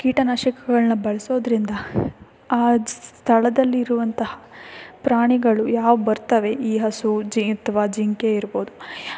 ಕೀಟನಾಶಕಗಳನ್ನ ಬಳಸೋದ್ರಿಂದ ಆ ಸ್ಥಳದಲ್ಲಿರುವಂತಹ ಪ್ರಾಣಿಗಳು ಯಾವ ಬರ್ತಾವೆ ಈ ಹಸು ಜೆ ಅಥವಾ ಜಿಂಕೆ ಇರ್ಬೋದು